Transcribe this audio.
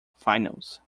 finals